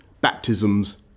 baptisms